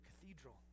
cathedral